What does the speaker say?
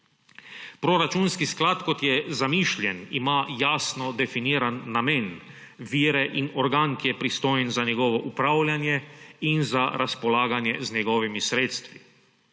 Proračunski sklad, kot je zamišljen, ima jasno definiran namen, vire in organ, ki je pristojen za njegovo upravljanje in za razpolaganje z njegovimi sredstvi.